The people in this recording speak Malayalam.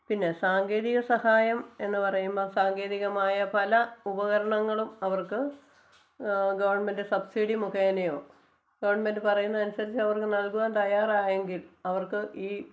പിന്നെ സാങ്കേതിക സഹായം എന്ന് പറയുമ്പോൾ സാങ്കേതികമായ പല ഉപകരണങ്ങളും അവര്ക്ക് ഗവണ്മെൻറ്റ് സബ്സിഡി മുഖേനയോ ഗവണ്മെൻറ്റ് പറയുന്നതനുസരിച്ച് അവര്ക്ക് നല്കുവാന് തയ്യാറായെങ്കില് അവര്ക്ക് ഈ